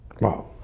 Wow